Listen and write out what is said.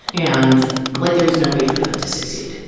and like there was no way for them to succeed,